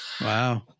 Wow